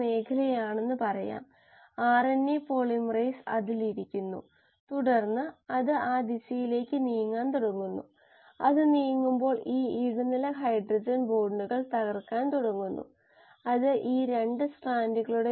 Lineweaver Burk plot ആണ് അതിൻറെ അടിസ്ഥാനം കോംപിറ്റിറ്റിവ് ഇൻഹിബിഷനിലൂടെ v m k m എന്നീ മോഡൽ മാനദണ്ഡങ്ങൾ കണ്ടെത്താനുള്ള ഒരു മാർഗം നമ്മൾ കണ്ടെത്തി